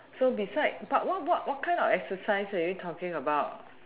so besides what what what kind of exercise are you talking about